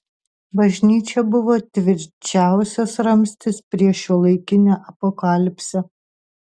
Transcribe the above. bažnyčia buvo tvirčiausias ramstis prieš šiuolaikinę apokalipsę